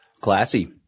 Classy